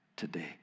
today